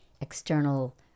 external